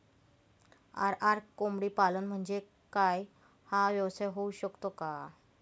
RR कोंबडीपालन म्हणजे काय? हा व्यवसाय होऊ शकतो का?